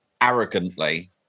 arrogantly